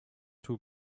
two